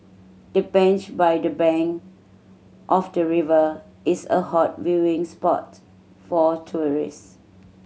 the bench by the bank of the river is a hot viewing spot for tourist